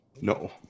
No